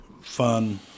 fun